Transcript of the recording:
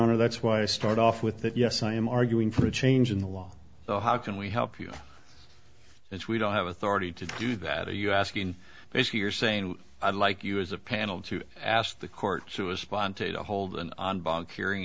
honor that's why i start off with that yes i am arguing for a change in the law so how can we help you if we don't have authority to do that are you asking basically you're saying i'd like you as a panel to ask the court to a sponte to hold an on bo